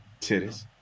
Titties